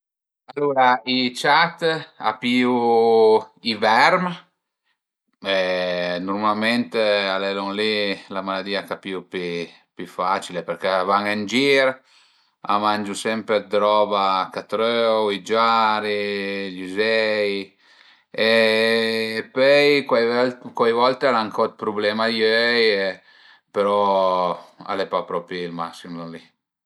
Alura i ciat a pìu i verm, nurmalment al e lon li la maladìa ch'a pìu dë pi facil përché a van ën gir, a mangiu sempre d'roba ch'a trövu, i giari, i üzei e pöi cuai vö cuai volte al an co dë prublema a i öi però al e pa propi ël massim lon li